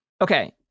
okay